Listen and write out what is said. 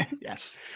Yes